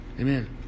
amen